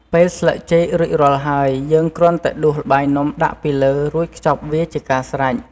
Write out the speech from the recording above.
ពេលស្លឹកចេករួចរាល់ហើយ យើងគ្រាន់តែដួសល្បាយនំដាក់ពីលើ រួចខ្ចប់វាជាការស្រេច។